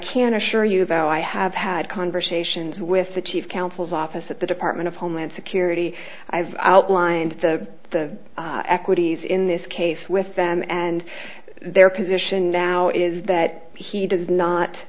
can assure you though i have had conversations with the chief counsel's office at the department of homeland security i've outlined the the equities in this case with them and their position now is that he does not